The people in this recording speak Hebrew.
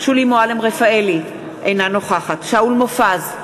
שולי מועלם-רפאלי, אינה נוכחת שאול מופז,